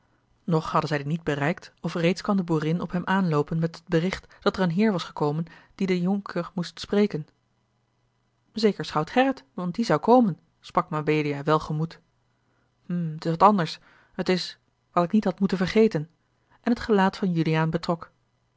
nog hadden zij die niet bereikt of reeds kwam de boerin op hem aanloopen met het bericht dat er een heer was gekomen die den jonker moest spreken zeker schout gerrit want die zou komen sprak mabelia welgemoed hm t is wat anders het is wat ik niet had moeten vergeten en het gelaat van juliaan betrok